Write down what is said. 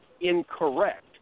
incorrect